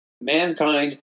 Mankind